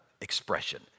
expression